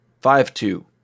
Five-two